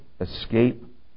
escape